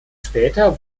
später